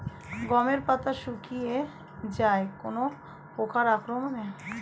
গমের পাতা শুকিয়ে যায় কোন পোকার আক্রমনে?